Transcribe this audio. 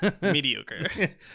Mediocre